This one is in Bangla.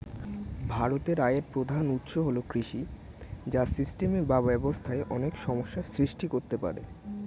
ভারতের আয়ের প্রধান উৎস হল কৃষি, যা সিস্টেমে বা ব্যবস্থায় অনেক সমস্যা সৃষ্টি করতে পারে